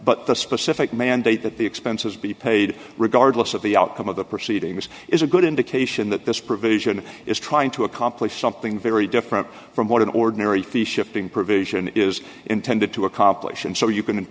but the specific mandate that the expenses be paid regardless of the outcome of the proceedings is a good indication that this provision is trying to accomplish something very different from what an ordinary fee shipping provision is intended to accomplish and so you can